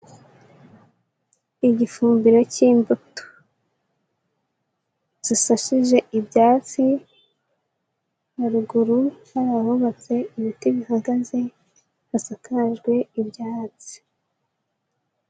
Igifumbiro cy'imbuto zisashije ibyatsi, haruguru hari ahubatse ibiti bihagaze, hasakajwe ibyatsi.